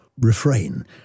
refrain